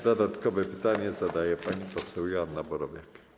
Dodatkowe pytanie zadaje pani poseł Joanna Borowiak.